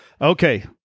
okay